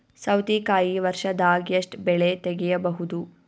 ಸೌತಿಕಾಯಿ ವರ್ಷದಾಗ್ ಎಷ್ಟ್ ಬೆಳೆ ತೆಗೆಯಬಹುದು?